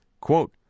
Quote